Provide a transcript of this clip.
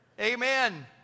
Amen